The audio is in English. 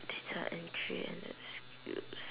data entry and your skills